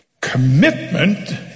commitment